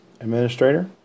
Administrator